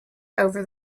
over